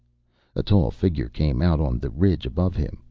a tall figure came out on the ridge above him,